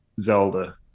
Zelda